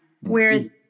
whereas